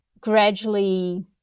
gradually